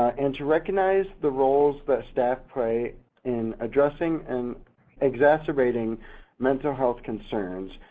and to recognize the roles that staff play in addressing and exacerbating mental health concerns,